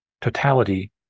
totality